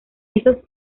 esos